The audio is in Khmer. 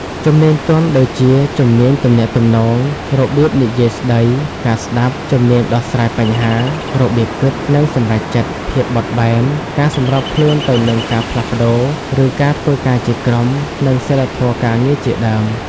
ជំនាញទន់ ដូចជា ជំនាញទំនាក់ទំនង របៀបនិយាយស្ដី ការស្ដាប់ ជំនាញដោះស្រាយបញ្ហា របៀបគិត និងសម្រេចចិត្ត ភាពបត់បែន ការសម្របខ្លួនទៅនឹងការផ្លាស់ប្ដូរ ឬ ការធ្វើការជាក្រុម និងសីលធម៌ការងារជាដើម។